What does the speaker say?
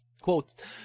Quote